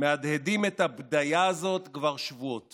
מהדהדים את הבדיה הזאת כבר שבועות